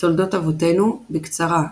תולדות אבותינו – בקצרה,